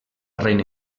reina